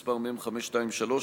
מ/523,